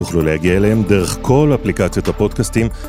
תוכלו להגיע אליהם דרך כל אפליקציות הפודקסטים